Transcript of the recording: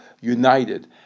united